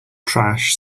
trash